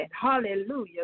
Hallelujah